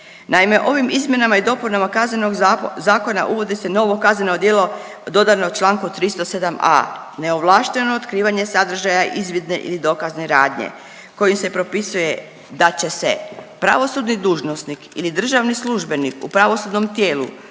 Naime, ovim izmjenama i dopunama Kaznenog zakona uvodi se novo kazneno djelo dodatno člankom 307a. neovlašteno otkrivanje sadržaja izvidne i dokazne radnje kojim se propisuje da će se pravosudni dužnosnik ili državni službenik u pravosudnom tijelu,